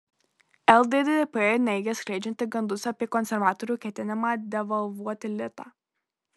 lddp neigia skleidžianti gandus apie konservatorių ketinimą devalvuoti litą